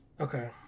Okay